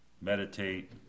meditate